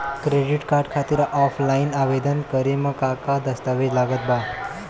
Credit card खातिर offline आवेदन करे म का का दस्तवेज लागत बा?